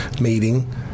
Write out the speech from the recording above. meeting